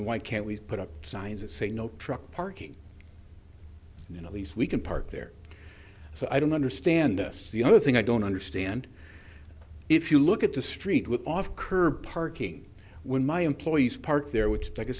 then why can't we put up signs that say no truck parking you know please we can park there so i don't understand this the other thing i don't understand if you look at the street with off curb parking when my employees parked there which